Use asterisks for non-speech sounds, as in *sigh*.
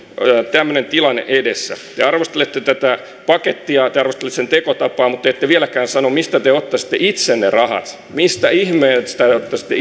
tämmöinen tilanne edessä te arvostelette tätä pakettia te arvostelette sen tekotapaa mutta te ette vieläkään sano mistä te ottaisitte itse ne rahat mistä ihmeestä te ottaisitte *unintelligible*